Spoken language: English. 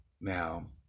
Now